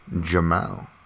Jamal